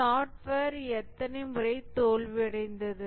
software எத்தனை முறை தோல்வியடைந்தது